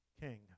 king